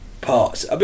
parts